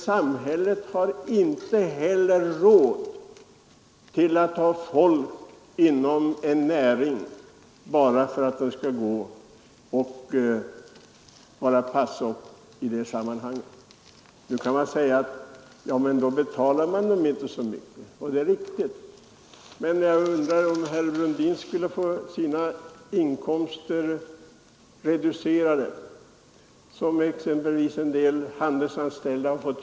Samhället har inte råd att inom en näringsgren ställa folk till förfogande enbart för att dessa skall tjänstgöra som något slags passopp. Men då kan det heta: Ja, men de betalas inte med så mycket. Ja, det är riktigt. Men jag undrar hur herr Brundin skulle ställa sig om han finge sina inkomster reducerade på samma sätt som en del handelsanställda fått.